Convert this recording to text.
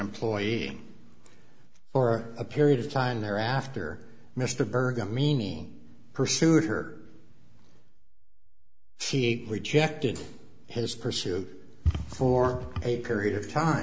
employee for a period of time there after mr berger meaning pursued her she rejected his pursuit for a period of time